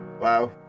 Wow